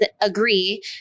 agree